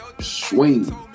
swing